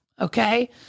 okay